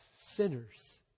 sinners